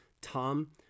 Tom